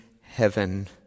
heaven